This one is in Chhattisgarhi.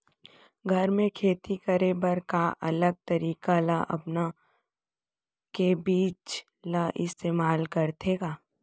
घर मे खेती करे बर का अलग तरीका ला अपना के बीज ला इस्तेमाल करथें का?